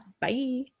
Bye